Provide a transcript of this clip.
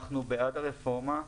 אני בעד הרפורמה,